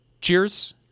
Cheers